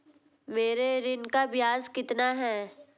मेरे ऋण का ब्याज कितना है?